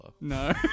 No